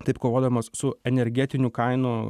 taip kovodamos su energetinių kainų